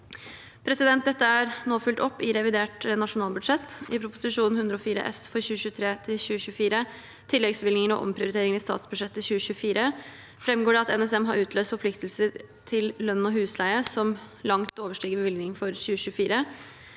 Dette er nå fulgt opp i revidert nasjonalbudsjett. I Prop. 104 S for 2023–2024, Tilleggsbevilgninger og omprioriteringer i statsbudsjettet 2024, framgår det at NSM har utløst forpliktelser til lønn og husleie som langt overstiger bevilgningen for 2024.